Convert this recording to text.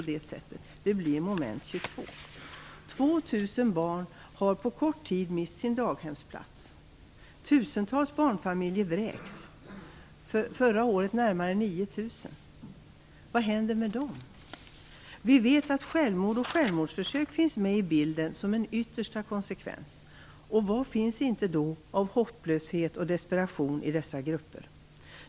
Det blir moment Vi vet att självmord och självmordsförsök finns med i bilden som en yttersta konsekvens. Vad finns inte då av hopplöshet och desperation i dessa grupper?